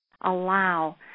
allow